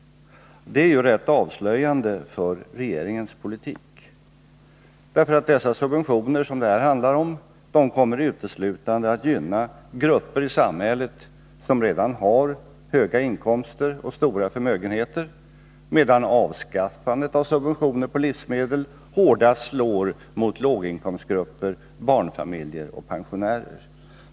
Det är ganska avslöjande för dess politik. De subventioner som det här handlar om kommer nämligen uteslutande att gynna de grupper i samhället som redan har höga inkomster och stora förmögenheter, medan avskaffandet av subventioner på livsmedel hårdast slår mot låginkomstgrupper, barnfamiljer och pensionärer.